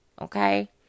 Okay